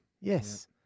Yes